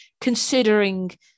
considering